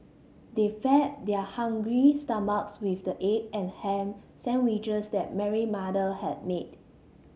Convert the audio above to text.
they fed their hungry stomachs with the egg and ham sandwiches that Mary mother had made